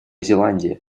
зеландия